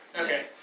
Okay